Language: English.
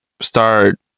start